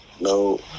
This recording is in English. No